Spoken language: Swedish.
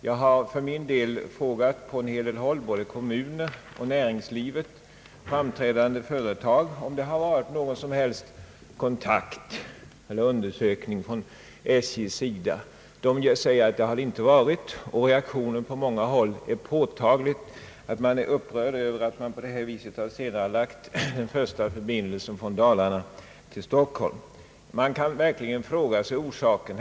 Jag har för min del frågat på en hel del håll, både kommuner, näringslivet och framträdande företag, om det har varit någon som helst kontakt eller undersökning från SJ:s sida. De säger att det har det inte varit, och reaktionen på många håll är påtaglig, man är upprörd över att på det här viset den första förbindelsen från Dalarna till Stockholm har senarelagts. Vi kan verkligen fråga oss om orsaken.